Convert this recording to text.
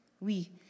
Oui